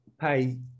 pay